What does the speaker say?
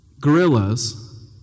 Gorillas